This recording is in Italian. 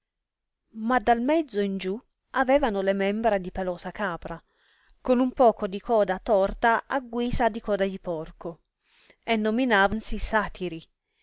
ma dal mezzo in giù avevano le membra di pelosa capra con un poco di coda torta a guisa di coda di porco e nominavansi satiri